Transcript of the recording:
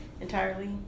entirely